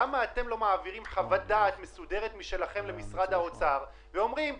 למה אתם לא מעבירים חוות דעת מסודרת משלכם למשרד האוצר וקובעים: